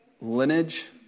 lineage